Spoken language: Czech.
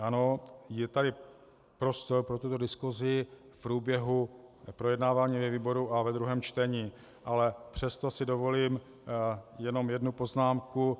Ano, je tady prostor pro tuto diskusi v průběhu projednávání ve výboru a ve druhém čtení, ale přesto si dovolím jenom jednu poznámku.